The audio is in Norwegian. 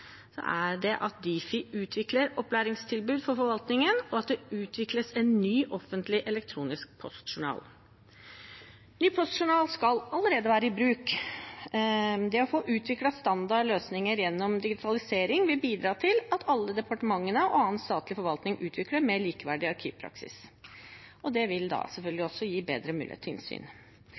er at Difi utvikler opplæringstilbud for forvaltningen, og at det utvikles en ny offentlig elektronisk postjournal. Ny postjournal skal allerede være i bruk. Det å få utviklet standardløsninger gjennom digitalisering vil bidra til at alle departementene og annen statlig forvaltning utvikler mer likeverdig arkivpraksis. Det vil selvfølgelig også gi bedre mulighet til innsyn.